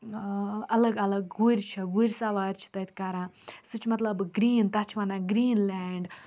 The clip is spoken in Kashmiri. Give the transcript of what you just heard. ٲں اَلگ الگ گُرۍ چھِ گُرۍ سَوارِ چھِ تَتہِ کَران سُہ چھُ مطلب گرٛیٖن تَتھ چھِ وَنان گرٛیٖن لینٛڈ